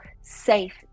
safe